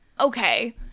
Okay